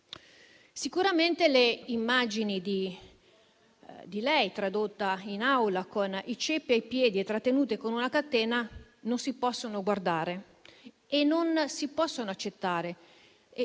Sicuramente le immagini di lei tradotta in aula con i ceppi ai piedi e trattenuta con una catena non si possono guardare e non si possono accettare.